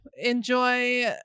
enjoy